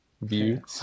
view